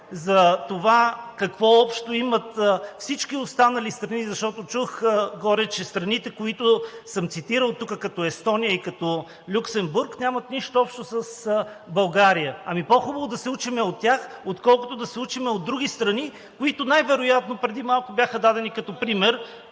за това какво общо имат всички останали страни, защото чух горе, че страните, които съм цитирал тук, като Естония и като Люксембург нямат нищо общо с България. Ами по-хубаво да се учим от тях, отколкото да се учим от други страни, които най-вероятно преди малко бяха дадени като пример